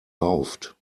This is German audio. rauft